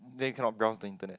then can not browse the internet